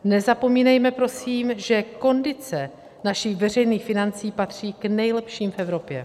Nezapomínejme prosím, že kondice našich veřejných financí patří k nejlepším v Evropě.